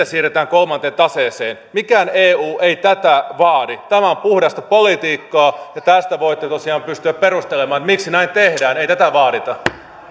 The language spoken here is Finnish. siirretään kolmanteen taseeseen mikään eu ei tätä vaadi tämä on puhdasta politiikkaa ja tästä voitte tosiaan pystyä perustelemaan miksi näin tehdään ei tätä vaadita